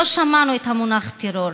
לא שמענו את המונח טרור.